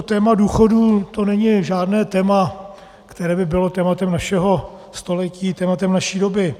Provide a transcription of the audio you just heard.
Téma důchodů, to není žádné téma, které by bylo tématem našeho století, tématem naší doby.